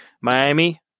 Miami